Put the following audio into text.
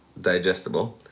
digestible